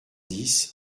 dix